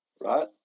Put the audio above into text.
Right